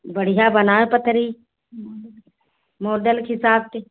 बढ़िया बनायो पतरी मॉडल के हिसाब के